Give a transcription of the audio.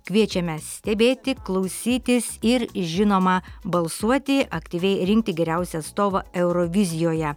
kviečiame stebėti klausytis ir žinoma balsuoti aktyviai rinkti geriausią atstovą eurovizijoje